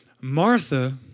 Martha